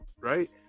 right